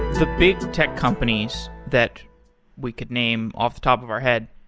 the big tech companies that we could name off the top of our head,